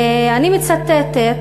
אני מצטטת: